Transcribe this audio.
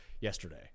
yesterday